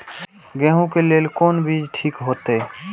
गेहूं के लेल कोन बीज ठीक होते?